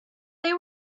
they